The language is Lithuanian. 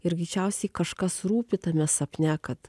ir greičiausiai kažkas rūpi tame sapne kad